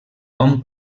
hom